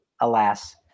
Alas